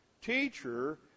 Teacher